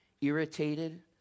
irritated